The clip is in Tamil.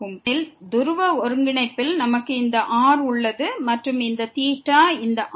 ஏனெனில் துருவ ஒருங்கிணைப்பில் நமக்கு இந்த r உள்ளது மற்றும் இந்த இந்த r